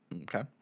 Okay